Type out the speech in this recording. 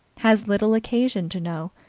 has little occasion to know.